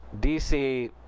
DC